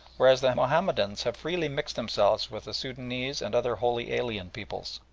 whereas the mahomedans have freely mixed themselves with the soudanese and other wholly alien peoples.